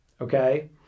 okay